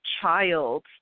child